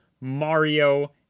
mario